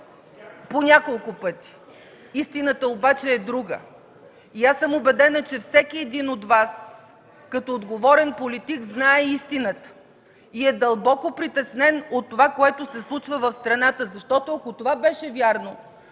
по няколко пъти, истината обаче е друга. И аз съм убедена, че всеки един от Вас като отговорен политик знае истината и е дълбоко притеснен от това, което се случва в страната. Ако това беше вярно,